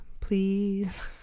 please